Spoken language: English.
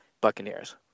Buccaneers